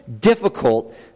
difficult